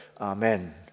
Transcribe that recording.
Amen